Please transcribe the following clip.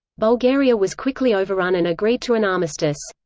bulgaria was quickly overrun and agreed to an armistice.